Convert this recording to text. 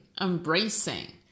embracing